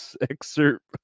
excerpt